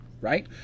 Right